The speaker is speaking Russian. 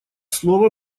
слово